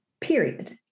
period